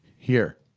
here.